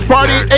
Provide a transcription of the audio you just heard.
Party